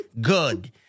Good